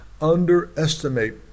underestimate